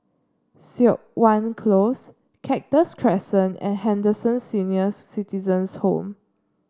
Siok Wan Close Cactus Crescent and Henderson Senior Citizens' Home